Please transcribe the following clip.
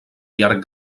llarg